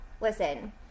listen